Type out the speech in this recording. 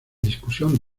discusión